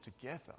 together